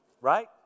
right